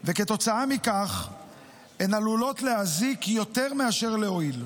וכתוצאה מכך הן עלולות להזיק יותר מאשר להועיל.